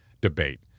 debate